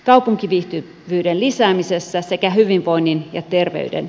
kaupunki vihti viihdelisäämisessä sekä hyvinvoinnin ja terveyden